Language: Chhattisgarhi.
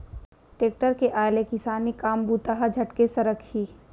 टेक्टर के आय ले किसानी काम बूता ह झटके सरकही